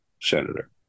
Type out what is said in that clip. Senator